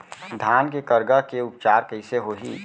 धान के करगा के उपचार कइसे होही?